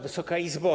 Wysoka Izbo!